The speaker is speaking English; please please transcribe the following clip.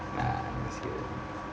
ah it's here